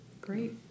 Great